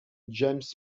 james